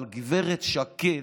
אבל גב' שקד,